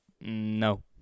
No